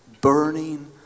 burning